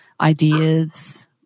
ideas